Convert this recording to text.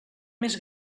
més